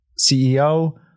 CEO